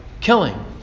killing